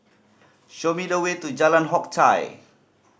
show me the way to Jalan Hock Chye